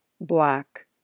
black